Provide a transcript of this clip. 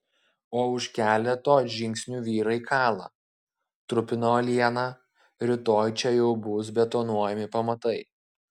o už keleto žingsnių vyrai kala trupina uolieną rytoj čia jau bus betonuojami pamatai